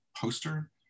poster